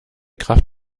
kraft